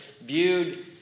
viewed